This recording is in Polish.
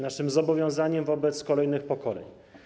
Mamy zobowiązania wobec kolejnych pokoleń.